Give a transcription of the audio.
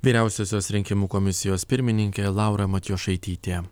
vyriausiosios rinkimų komisijos pirmininkė laura matijošaitytė